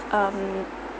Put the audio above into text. um